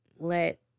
let